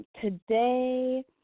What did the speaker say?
today